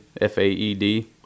F-A-E-D